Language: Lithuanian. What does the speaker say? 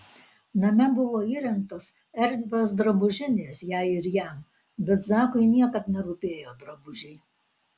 name buvo įrengtos erdvios drabužinės jai ir jam bet zakui niekad nerūpėjo drabužiai